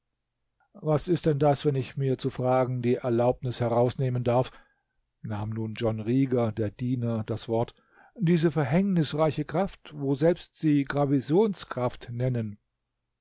was ist denn das wenn ich mir zu fragen die erlaubnis herausnehmen darf nahm nun john rieger der diener das wort diese verhängnisreiche kraft woselbst sie gravisionskraft nennen